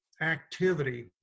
activity